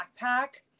backpack